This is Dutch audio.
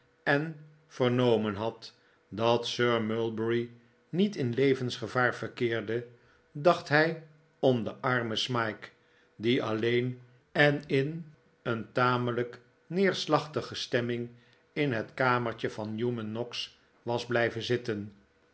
en vernomen had dat sir mulberry niet in levensgevaar verkeerde dacht hij om den armen smike die alleen en in een tamelijk neerslachtige stemming in het kamertje van newman noggs was blijven zitten